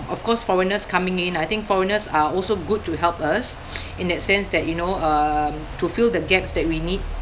of course foreigners coming in I think foreigners are also good to help us in that sense that you know um to fill the gaps that we need